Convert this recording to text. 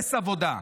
אפס עבודה.